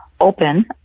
open